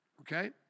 okay